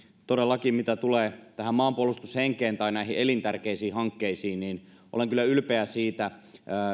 todellakin mitä tulee tähän maanpuolustushenkeen tai näihin elintärkeisiin hankkeisiin niin olen kyllä ylpeä siitä